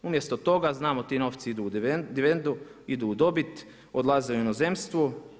Umjesto toga znamo ti novci idu u dividendu, idu u dobit, odlaze u inozemstvo.